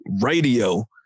radio